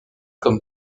comme